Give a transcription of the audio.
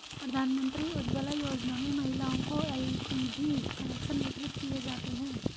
प्रधानमंत्री उज्ज्वला योजना में महिलाओं को एल.पी.जी कनेक्शन वितरित किये जाते है